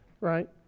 right